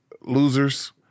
losers